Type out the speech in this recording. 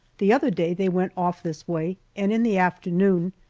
the other day they went off this way, and in the afternoon,